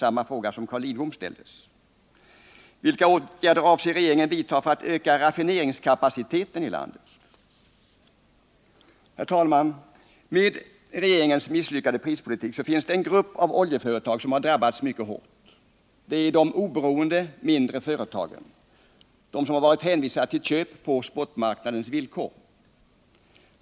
— att trygga tillgången på olja Det är samma fråga som Carl Lidbom ställde. Herr talman! Det finns en grupp av oljeföretag som drabbats mycket hårt av regeringens misslyckade prispolitik. Det är de oberoende mindre företagen, som varit hänvisade till köp på spotmarknadens villkor.